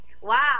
Wow